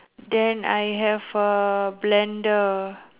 then I have a blender